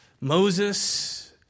Moses